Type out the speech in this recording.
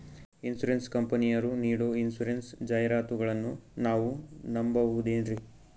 Insurance ಕಂಪನಿಯರು ನೀಡೋ insurance ಜಾಹಿರಾತುಗಳನ್ನು ನಾವು ನಂಬಹುದೇನ್ರಿ?